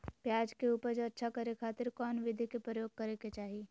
प्याज के उपज अच्छा करे खातिर कौन विधि के प्रयोग करे के चाही?